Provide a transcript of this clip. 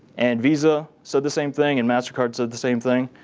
and visa said the same thing and mastercard said the same thing.